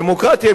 דמוקרטיה,